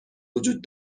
وجود